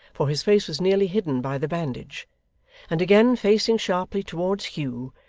for his face was nearly hidden by the bandage and again facing sharply towards hugh,